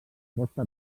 costa